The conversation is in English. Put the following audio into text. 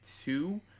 two